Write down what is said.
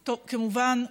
כמובן,